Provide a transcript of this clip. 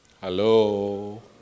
Hello